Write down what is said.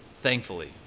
thankfully